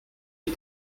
les